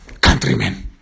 countrymen